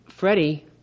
Freddie